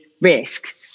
risk